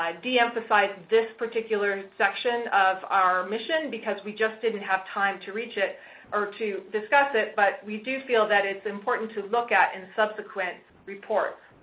um de-emphasize this particular section of our mission because we just didn't have time to reach it or to discuss it, but we do feel that it's important to look at in subsequent reports.